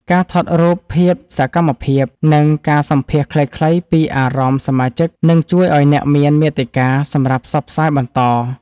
ការថតរូបភាពសកម្មភាព និងការសម្ភាសន៍ខ្លីៗពីអារម្មណ៍សមាជិក នឹងជួយឱ្យអ្នកមានមាតិកាសម្រាប់ផ្សព្វផ្សាយបន្ត។